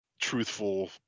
truthful